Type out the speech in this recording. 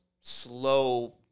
slow